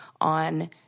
on